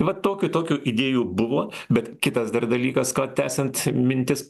va tokių tokių idėjų buvo bet kitas dar dalykas ką tęsiant mintis